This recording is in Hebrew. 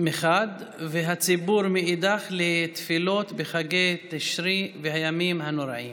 מחד והציבור מאידך לתפילות בחגי תשרי והימים הנוראים,